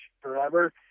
forever